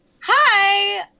Hi